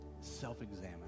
self-examine